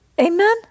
Amen